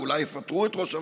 ואולי יפטרו את ראש הוועדה.